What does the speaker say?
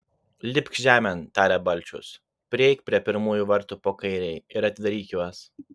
lipk žemėn tarė balčius prieik prie pirmųjų vartų po kairei ir atidaryk juos